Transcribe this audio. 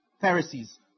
Pharisees